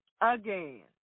again